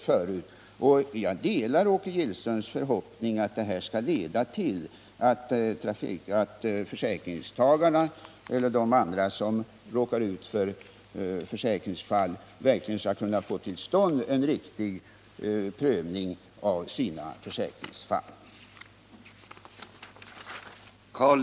Jag delar Åke Gillströms förhoppning att detta skall leda till att försäkringstagarna och de som råkat ut för försäkringsfall verkligen skall få till stånd en riktig prövning av sina ärenden.